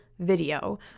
video